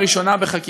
לראשונה בחקיקה,